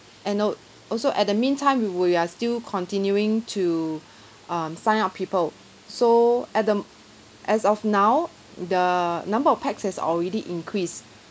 and al~ also at the meantime we we are still continuing to um sign up people so at the m~ as of now the number of pax has already increased